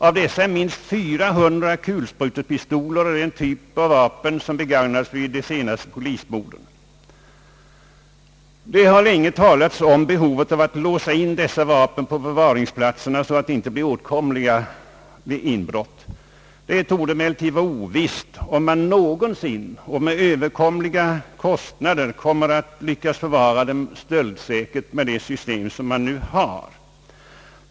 Av dessa är minst 400 kulsprutepistoler, den typ av vapen som begagnades vid de senaste polismorden. Det har länge talats om behovet av att låsa in dessa vapen på förvaringsplatserna så att de inte blir åtkomliga vid inbrott. Det torde emellertid vara ovisst om man någonsin och med överkomliga kostnader kommer att lyckas förvara dem stöldsäkert med det system man nu har.